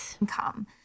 income